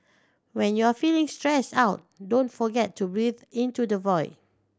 when you are feeling stressed out don't forget to breathe into the void